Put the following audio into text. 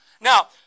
now